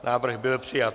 Návrh byl přijat.